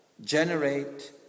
generate